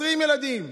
20 ילדים.